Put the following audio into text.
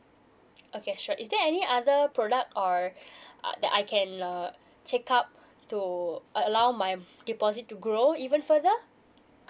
okay sure is there any other product or uh that I can uh take up to allow my deposit to grow even further